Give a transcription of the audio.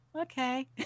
okay